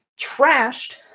trashed